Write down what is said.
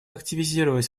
активизировать